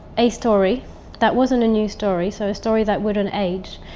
a story that wasn't a new story, so a story that wouldn't age.